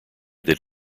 that